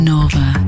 Nova